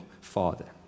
Father